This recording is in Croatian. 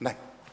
Ne.